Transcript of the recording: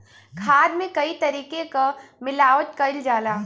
खाद में कई तरे क मिलावट करल जाला